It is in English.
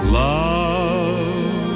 love